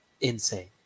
insane